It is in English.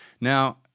Now